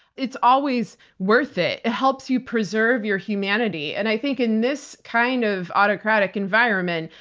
it's always worth it. it helps you preserve your humanity. and i think in this kind of autocratic environment,